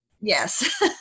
yes